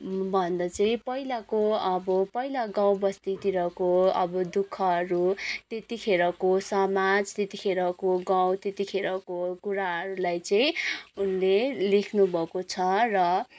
भन्दा चाहिँ पहिलाको अब पहिला गाउँ बस्तीतिरको अब दुःखहरू त्यतिखेरको समाज त्यतिखेरको गाउँ त्यतिखेरको कुराहरूलाई चाहिँ उनले लेख्नुभएको छ र